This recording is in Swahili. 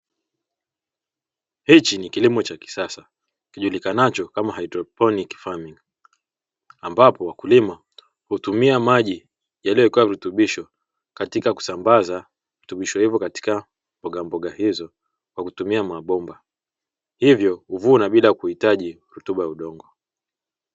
Hichi ni kilimo cha kisasa kijulikanacho kama haidroponi farming ambapo wakulima hutumia maji yaliyowekewa virutubisho katika kusambaza virutubisho hivyo katika mbogamboga hizo kwa kutumia mabomba hivyo huvuna bila kuhitaji rutuba ya udongo.